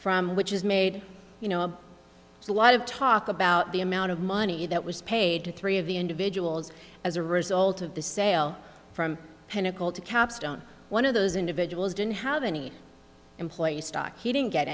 from which is made you know a lot of talk about the amount of money that was paid to three of the individuals as a result of the sale from pinnacle to capstone one of those individuals didn't have any employee stock he didn't get